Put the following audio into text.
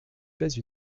pèse